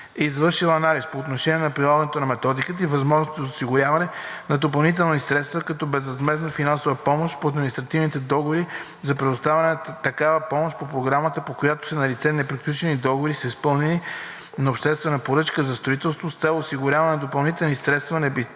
извършила анализ по отношение на прилагането на методиката и възможностите за осигуряване на допълнителни средства като безвъзмездна финансова помощ по административните договори за предоставената такава помощ по Програмата, по която са налице неприключени договори на обществена поръчка за строителство, с цел осигуряване на допълнителни средства на